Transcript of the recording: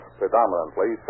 predominantly